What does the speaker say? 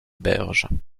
berges